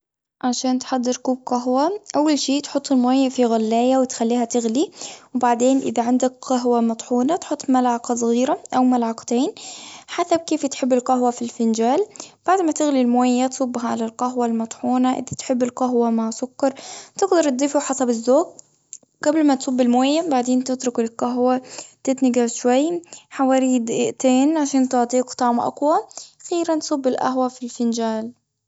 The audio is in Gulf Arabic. عشان تحضر كوب قهوة. أول شي تحط الميه في غلاية، وتخليها تغلي. وبعدين إذا عندك قهوة مطحونة، تحط ملعقة صغيرة، أو ملعقتين، حسب كيف تحب القهوة في الفنجال. بعد ما تغلي المويه، تصبها على القهوة المطحونة. إذا تحب القهوة مع سكر، تقدر تضيفه حسب الزوج، قبل ما تصب المويه. بعدين تترك القهوة تتنقع شوي، حوالي دقيقتين، عشان تعطيك طعم أقوى. أخيرًا، صب القهوة في الفنجال.